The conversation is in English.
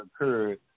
occurred